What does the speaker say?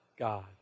God